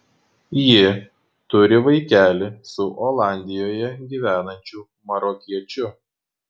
ji turi vaikelį su olandijoje gyvenančiu marokiečiu